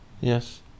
Yes